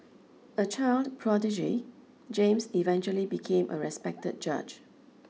a child prodigy James eventually became a respected judge